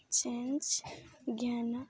change ଜ୍ଞାନ